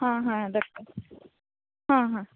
हाँ हाँ रखो हाँ हाँ